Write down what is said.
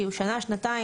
כי הוא שנה, שנתיים, שלוש.